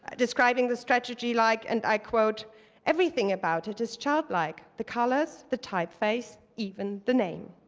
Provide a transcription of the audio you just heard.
describing the strategy like and i quote everything about it is childlike the colors, the typeface, even the name.